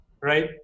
right